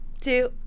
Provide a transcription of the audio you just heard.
two